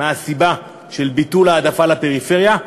מהסיבה של ביטול ההעדפה לפריפריה.